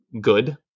good